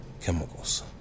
chemicals